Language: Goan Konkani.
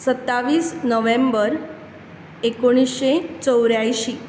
सत्तावीस नोवेंबर एकूणशें चौऱ्यांयशीं